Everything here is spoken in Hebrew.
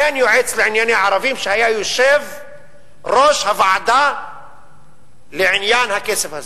אין יועץ לענייני ערבים שהיה יושב-ראש הוועדה לעניין הכסף הזה,